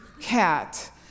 cat